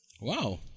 Wow